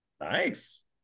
Nice